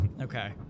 Okay